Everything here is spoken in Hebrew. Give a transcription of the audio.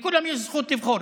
לכולם יש זכות לבחור.